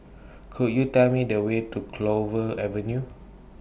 Could YOU Tell Me The Way to Clover Avenue